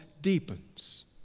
deepens